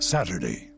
Saturday